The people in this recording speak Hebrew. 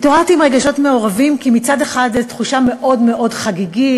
התעוררתי עם רגשות מעורבים כי מצד אחד זו תחושה מאוד מאוד חגיגית,